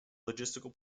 logistical